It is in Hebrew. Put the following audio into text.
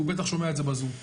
הוא בטח שומע את זה בזום.